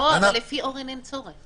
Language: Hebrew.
אורן אומר שאין צורך.